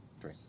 Three